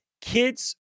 Kids